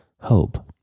hope